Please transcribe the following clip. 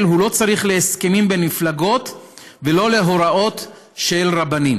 הוא לא צריך להסכמים בין מפלגות ולא להוראות של רבנים.